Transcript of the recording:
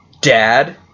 dad